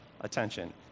attention